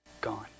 Gone